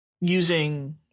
using